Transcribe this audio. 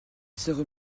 serait